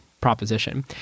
proposition